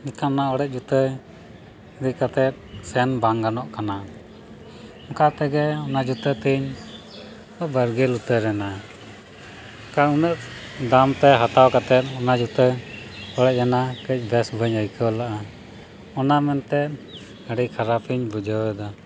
ᱮᱱᱠᱷᱟᱱ ᱚᱱᱟ ᱚᱲᱮᱡ ᱡᱩᱛᱟᱹ ᱤᱫᱤ ᱠᱟᱛᱮᱫ ᱥᱮᱱ ᱵᱟᱝ ᱜᱟᱱᱚᱜ ᱠᱟᱱᱟ ᱚᱱᱠᱟ ᱛᱮᱜᱮ ᱚᱱᱟ ᱡᱩᱛᱟᱹᱛᱤᱧ ᱵᱟᱨᱜᱤᱞ ᱩᱛᱟᱹᱨᱮᱱᱟ ᱮᱱᱠᱷᱟᱱ ᱩᱱᱟᱹᱜ ᱫᱟᱢᱛᱮ ᱦᱟᱛᱟᱣ ᱠᱟᱛᱮᱫ ᱚᱱᱟ ᱡᱩᱛᱟᱹ ᱚᱲᱮᱡ ᱮᱱᱟ ᱠᱟᱹᱡ ᱵᱮᱥ ᱵᱟᱹᱧ ᱟᱹᱭᱠᱟᱹᱣ ᱞᱮᱜᱼᱟ ᱚᱱᱟ ᱢᱮᱱᱛᱮ ᱟᱹᱰᱤ ᱠᱷᱟᱨᱟᱯᱤᱧ ᱵᱩᱡᱷᱟᱹᱣᱮᱫᱟ